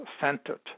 centered